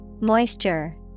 Moisture